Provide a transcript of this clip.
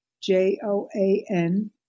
J-O-A-N